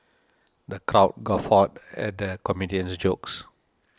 the crowd guffawed at the comedian's jokes